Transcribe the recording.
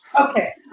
Okay